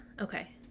Okay